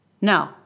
No